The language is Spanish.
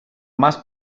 más